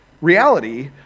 reality